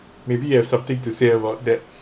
maybe you have something to say about that